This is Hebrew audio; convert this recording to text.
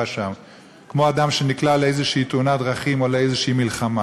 כמו אדם שנקלע לאיזו תאונת דרכים או לאיזו מלחמה.